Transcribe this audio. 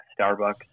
Starbucks